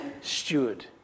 steward